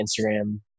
Instagram